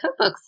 cookbooks